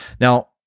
Now